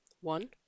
one